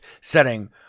setting